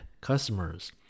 customers